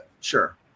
Sure